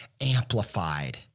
amplified